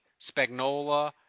Spagnola